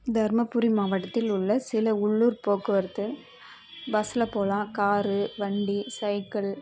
தர்மபுரி மாவட்டத்தில் உள்ள சில உள்ளூர் போக்குவரத்து பஸ்ஸில் போகலாம் கார் வண்டி சைக்கிள்